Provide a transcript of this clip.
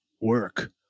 work